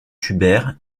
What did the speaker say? hubert